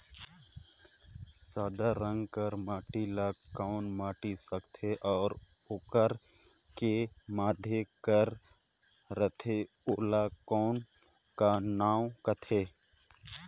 सादा रंग कर माटी ला कौन माटी सकथे अउ ओकर के माधे कर रथे ओला कौन का नाव काथे?